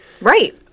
Right